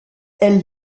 elle